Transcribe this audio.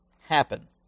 happen